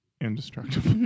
indestructible